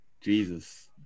Jesus